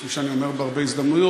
כפי שאני אומר בהרבה הזדמנויות,